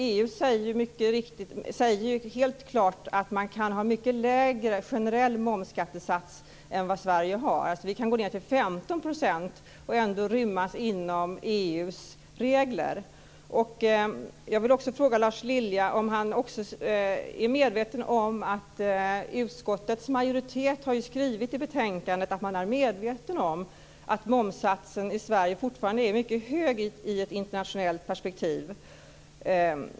EU säger helt klart att man kan ha mycket lägre generell momsskattesats än vad Sverige har. Vi kan alltså gå ned på 15 % och ändå rymmas inom Jag vill också fråga Lars Lilja om han är medveten om en sak. Utskottets majoritet har ju skrivit i betänkandet att man är medveten om att momssatsen i Sverige fortfarande är mycket hög i ett internationellt perspektiv.